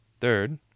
Third